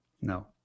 No